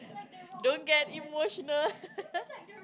don't get emotional